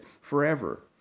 forever